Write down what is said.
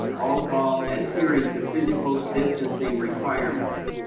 all while adhering to physical distancing requirements.